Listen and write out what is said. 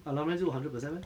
alumni 就 hundred percent meh